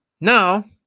Now